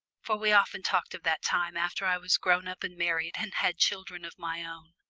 for we often talked of that time after i was grown up and married, and had children of my own,